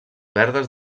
verdes